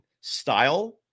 style